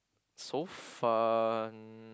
so fun